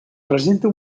presenta